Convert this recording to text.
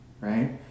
right